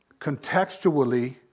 Contextually